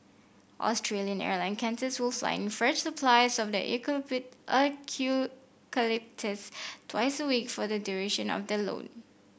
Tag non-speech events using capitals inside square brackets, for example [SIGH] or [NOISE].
Australian Airline Qantas will fly in fresh supplies of [UNINTELLIGIBLE] eucalyptus twice week for the duration of the loan